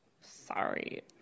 Sorry